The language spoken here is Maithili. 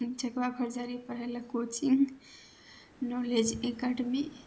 चकवा खर जाइ रही पढ़य लए कोचिंग नॉलेज एकेडमी